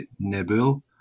Nebul